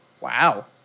Wow